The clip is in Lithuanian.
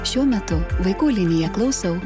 šiuo metu vaikų linija klausau